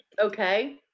Okay